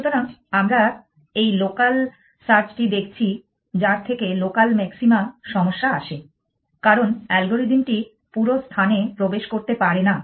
সুতরাং আমরা এই লোকাল সার্চটি দেখছি যার থেকে লোকাল ম্যাক্সিমা সমস্যা আসে কারণ অ্যালগোরিদমটি পুরো স্থানে প্রবেশ করতে পারেনা